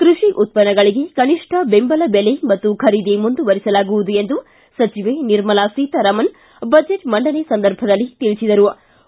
ಕೃಷಿ ಉತ್ಪನ್ನಗಳಿಗೆ ಕನಿಷ್ಠ ಬೆಂಬಲ ಬೆಲೆ ಮತ್ತು ಖರೀದಿ ಮುಂದುವರಿಸಲಾಗುವುದು ಎಂದು ಸಚಿವೆ ನಿರ್ಮಲಾ ಸೀತಾರಾಮನ್ ಬಜೆಟ್ ಮಂಡನೆ ಸಂದರ್ಭದಲ್ಲಿ ತಿಳಿಬದರು